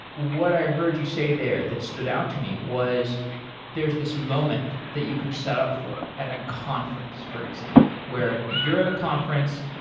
what i heard you say there that stood out to me was there's this moment that you can set up for at a conference, for example, where you're at a conference,